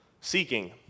seeking